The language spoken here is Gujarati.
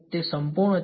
તે સંપૂર્ણ છે